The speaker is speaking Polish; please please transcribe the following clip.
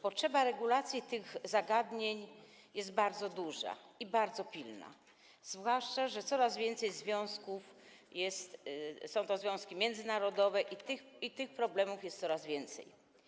Potrzeba regulacji tych zagadnień jest bardzo duża i bardzo pilna, zwłaszcza że coraz więcej związków to związki międzynarodowe i tych problemów jest coraz więcej.